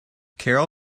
carol